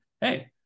hey